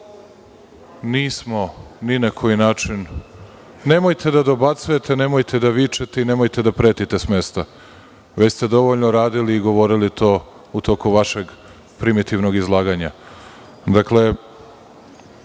nismo ni na koji način … Nemojte da dobacujte, nemojte da vičete i nemojte da pretite s mesta. Već ste dovoljno radili i govorili u toku vašeg primitivnog izlaganja. Dakle,